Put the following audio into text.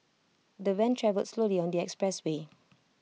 the van travelled slowly on the expressway